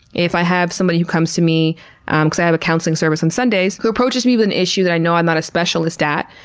if i have somebody who comes to me um because i have a counseling service on sundays who approaches me with an issue that i know i'm not a specialist at,